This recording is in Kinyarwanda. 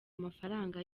amafaranga